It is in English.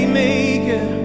maker